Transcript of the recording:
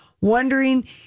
wondering